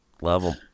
Level